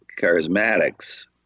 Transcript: charismatics